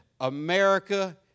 America